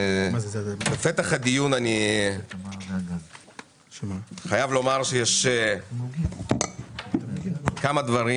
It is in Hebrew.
בפתח הדיון אני חייב לומר שיש כמה דברים